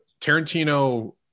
Tarantino